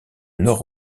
nord